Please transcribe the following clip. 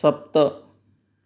सप्त